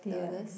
dollars